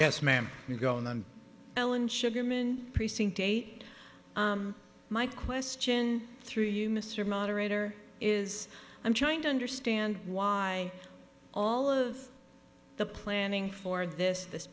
and ellen sugarman precinct eight my question through you mr moderator is i'm trying to understand why all of the planning for this this